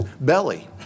belly